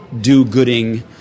do-gooding